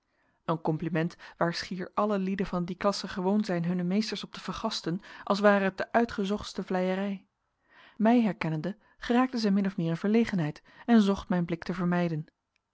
een compliment waar schier alle lieden van die klasse gewoon zijn hunne meesters op te vergasten als ware het de uitgezochtste vleierij mij herkennende geraakte zij min of meer in verlegenheid en zocht mijn blik te vermijden